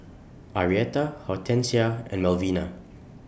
Arietta Hortensia and Melvina